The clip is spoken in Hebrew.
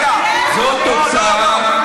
זו תוצאה,